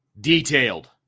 detailed